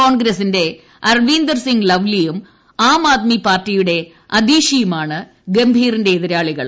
കോൺഗ്രസിന്റെ അരവിന്ദർ സിങ് ലൌലിയും ആം ആദ്മി പാർട്ടിയുടെ അദീഷിയുമാണ് ഗംഭീറിന്റെ എതിരാളികൾ